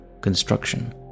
construction